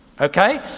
okay